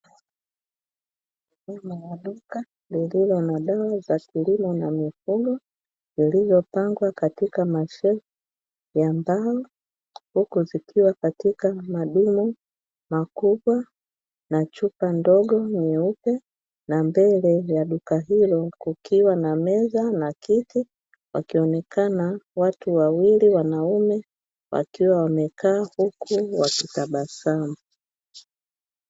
Mfano wa duka lililo na dawa za kilimo na mifugo iliyo pangwa katika mashelfu ya mbao, huku zikiwa katika madumu makubwa na chupa ndogo nyeupe na mbele ya duka hilo kukiwa na mezana kiti wakionekana watu wawili wanaume wakiwa wamekaa huku wakitabasamu.